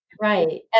Right